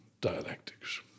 dialectics